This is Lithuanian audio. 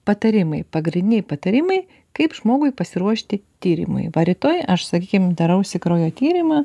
patarimai pagrindiniai patarimai kaip žmogui pasiruošti tyrimui va rytoj aš sakykim darausi kraujo tyrimą